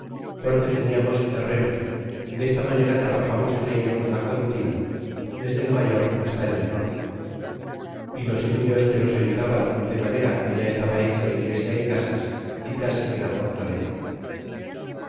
porque teniamos herreros y desta manera trabajamos en ello la contina desde el mayor hasta el menor y los indios que nos ayudaban de manera que ya estaba hecha iglesia y casas y casi que la fortaleza